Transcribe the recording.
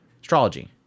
astrology